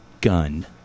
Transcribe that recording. gun